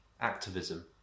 activism